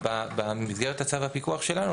במסגרת צו הפיקוח שלנו,